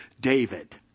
David